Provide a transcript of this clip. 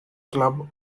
club